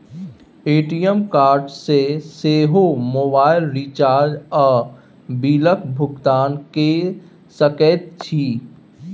ATM card सँ सेहो मोबाइलक रिचार्ज आ बिलक भुगतान कए सकैत छी